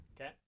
Okay